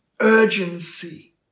urgency